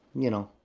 you know?